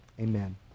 Amen